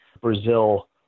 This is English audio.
Brazil